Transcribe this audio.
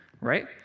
right